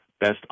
best